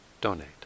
donate